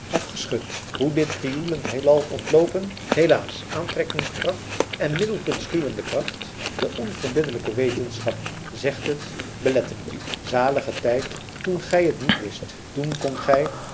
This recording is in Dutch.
afgeschud hoe dit krioelend heelal ontloopen helaas aantrekkingskracht en middelpunt schuwende kracht de onverbiddelijke wetenschap zegt het beletten het u zalige tijd toen gij het niet wist toen kondt gij